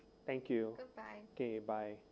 thank you okay bye